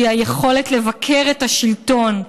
שהיא היכולת לבקר את השלטון,